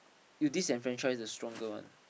you disenfranchise the stronger one